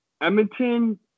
Edmonton